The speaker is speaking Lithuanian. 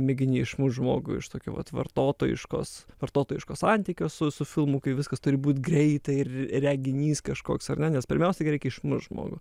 mėgini išmušt žmogų iš tokio vat vartotojiškos vartotojiško santykio su su filmu kai viskas turi būt greitai ir reginys kažkoks ar ne nes pirmiausiai reikia išmušt žmogų